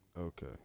Okay